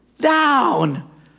down